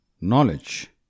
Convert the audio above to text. Knowledge